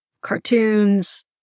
Cartoons